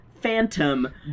Phantom